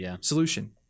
solution